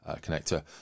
connector